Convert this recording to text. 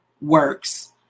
works